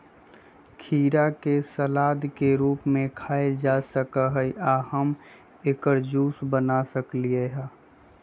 खीरा के सलाद के रूप में खायल जा सकलई ह आ हम एकर जूस बना सकली ह